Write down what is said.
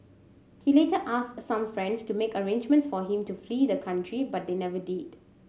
he later asked some friends to make arrangements for him to flee the country but they never did